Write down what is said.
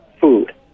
food